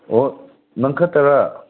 ꯑꯣ ꯅꯪ ꯈꯛꯇꯔ